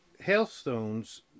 hailstones